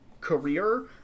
career